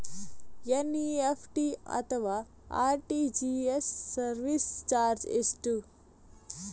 NEFT ಅಥವಾ RTGS service charge ಎಷ್ಟು?